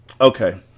okay